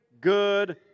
good